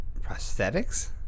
prosthetics